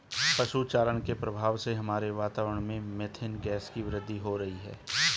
पशु चारण के प्रभाव से हमारे वातावरण में मेथेन गैस की वृद्धि हो रही है